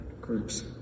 groups